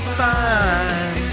fine